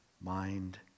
mind